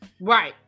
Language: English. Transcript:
right